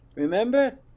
Remember